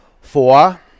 Four